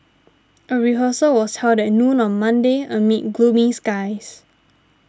a rehearsal was held at noon on Monday amid gloomy skies